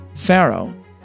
Pharaoh